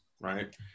right